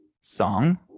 Song